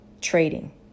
trading